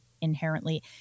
inherently